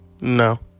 No